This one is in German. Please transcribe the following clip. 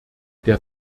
der